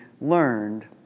learned